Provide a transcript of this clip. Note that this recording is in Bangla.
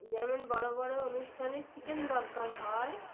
যেমন বড় বড় অনুষ্ঠানে চিকেন দরকার হয়